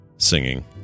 singing